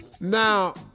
Now